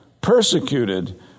Persecuted